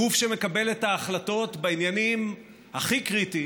הגוף שמקבל את ההחלטות בעניינים הכי קריטיים,